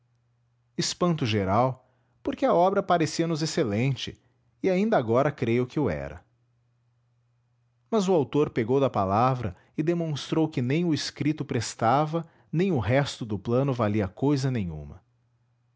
espanto geral porque a obra parecia nos excelente e ainda agora creio que o era mas o autor pegou da palavra e demonstrou que nem o escrito prestava nem o resto do plano valia cousa nenhuma